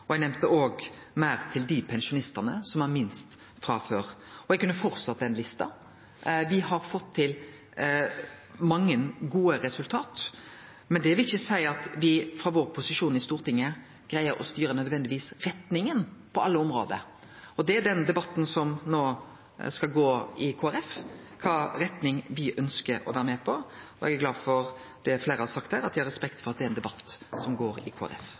og eg nemnde òg meir til dei pensjonistane som har minst frå før. Eg kunne ha fortsett den lista. Me har fått til mange gode resultat, men det vil ikkje seie at me frå vår posisjon i Stortinget nødvendigvis greier å styre retninga på alle område. Det er den debatten som no skal gå i Kristeleg Folkeparti – kva retning me ønskjer å vere med på – og eg er glad for det fleire har sagt her, at dei har respekt for at det er ein debatt som går